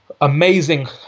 amazing